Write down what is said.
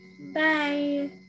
Bye